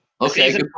Okay